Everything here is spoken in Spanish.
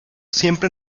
siempre